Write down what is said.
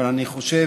אבל אני חושב